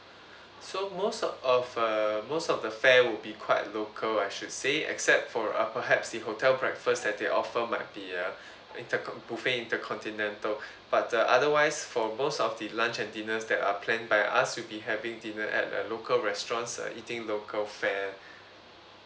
so most of uh most of the fare would be quite local I should say except for uh perhaps the hotel breakfast that they offer might be uh intercon~ buffet intercontinental but uh otherwise for most of the lunch and dinners that are planned by us you'll be having dinner at uh local restaurants uh eating local fare